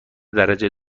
درجه